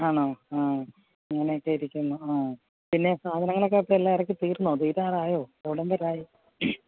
ആണോ ആ അങ്ങനെയൊക്കെ ഇരിക്കുന്നു ആ പിന്നെ സാധനങ്ങളൊക്കെ എല്ലാം ഇറക്കി തീര്ന്നോ തീരാറായോ എവിടം വരെ ആയി